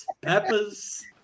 peppers